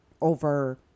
over